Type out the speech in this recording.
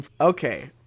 Okay